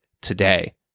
today